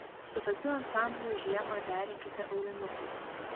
su tokiu ansambliu žiemą derinkite aulinukus